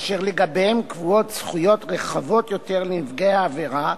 אשר לגביהן קבועות זכויות רחבות יותר לנפגעי העבירה,